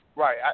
Right